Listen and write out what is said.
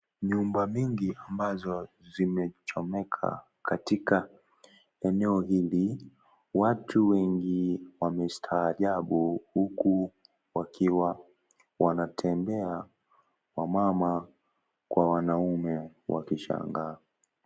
Nyumba mingi ambazo zimechomeka katika eneo hili. Watu wengi wamestaajabu huku wakiwa wanatembea wamama kwa wanaume wakishangaa.